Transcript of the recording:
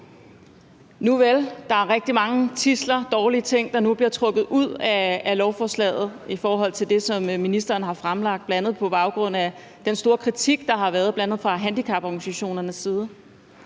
Nuvel, der er rigtig mange tidsler, dårlige ting, der nu bliver trukket ud af lovforslaget, i forhold til det, som ministeren har fremlagt, bl.a. på baggrund af den store kritik, der har været bl.a. fra handicaporganisationernes side.